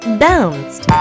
bounced